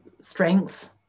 strengths